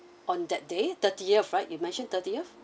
on that day thirtieth right you mentioned thirtieth